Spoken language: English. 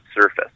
surface